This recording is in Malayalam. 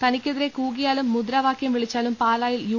തനിക്കെതിരെ കൂകിയാലും മുദ്രാ വാകൃം വിളിച്ചാലും പാലായിൽ യു